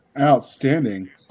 outstanding